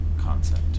concept